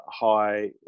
high